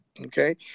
Okay